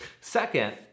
Second